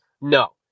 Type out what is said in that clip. No